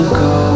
go